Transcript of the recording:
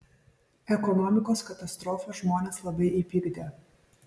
ekonomikos katastrofa žmones labai įpykdė